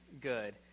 good